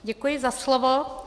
Děkuji za slovo.